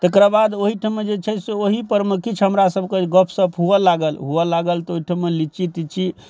तकराबाद ओहिठमा जे छै से ओहिपर मऽ किछु हमरा सबके गपशप हुअ लागल हुअ लागल तऽ ओइठमाँ लीची तीची